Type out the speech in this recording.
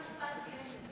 נפתח לך קופת גמל.